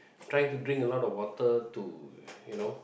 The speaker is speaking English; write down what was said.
trying to drink a lot of water to you know